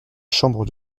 chambre